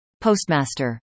Postmaster